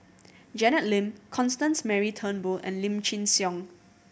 Janet Lim Constance Mary Turnbull and Lim Chin Siong